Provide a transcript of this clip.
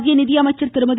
மத்திய நிதியமைச்சர் திருமதி